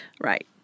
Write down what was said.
Right